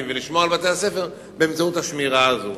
ולשמור על בתי-הספר באמצעות השמירה הזאת.